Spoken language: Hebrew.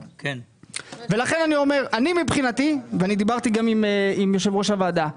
ואני דיברתי עם גם יושב ראש הוועדה,